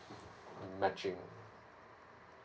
matching